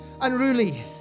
unruly